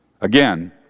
Again